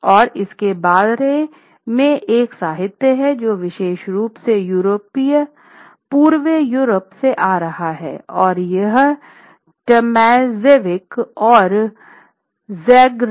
और इसके बारे में एक साहित्य है जो विशेष रूप से पूर्वी यूरोप से आ रहा है और यह टॉमाजेविक और ज़ाग्रेब का ऐतिहासिक काम है